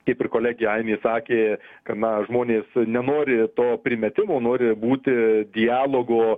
kaip ir kolegė ainė sakė kad na žmonės nenori to primetimo nori būti dialogo